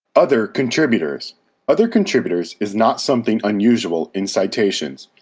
other contributors other contributors is not something unusual in citations,